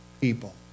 people